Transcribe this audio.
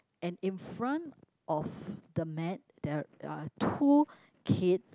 and in front of the mat there're two kids